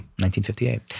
1958